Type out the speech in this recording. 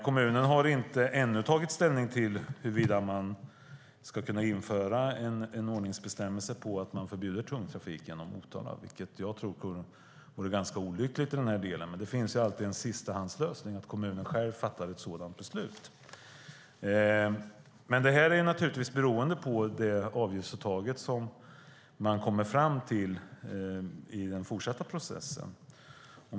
Kommunen har inte ännu tagit ställning till att införa en ordningsbestämmelse om att förbjuda tungtrafiken genom Motala, vilket jag tycker vore ganska olyckligt. Men det finns alltid en sistahandslösning: att kommunen själv fattar ett sådant beslut. Men det är naturligtvis beroende på det avgiftsuttag som man kommer fram till i den fortsatta processen.